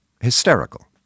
hysterical